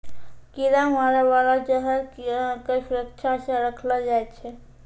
कीरा मारै बाला जहर क सुरक्षा सँ रखलो जाय छै